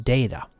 Data